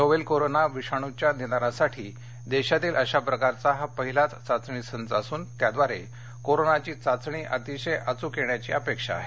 novel corona विषाणूच्या निदानासाठी देशातील अशा प्रकारचा हा पहिलाच चाचणी संच असून त्याद्वारे कोरोनाची चाचणी अतिशय अचूक येण्याची अपेक्षा आहे